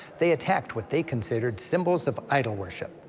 they attacked what they considered symbols of idol worship,